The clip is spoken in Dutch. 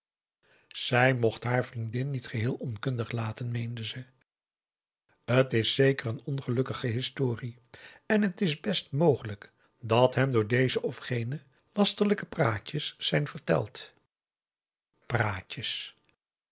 zij mocht haar vriendin niet geheel onkundig laten meende ze t is zeker n ongelukkige historie en het is best mogelijk dat hem door dezen of genen lasterlijke praatjes zijn verteld praatjes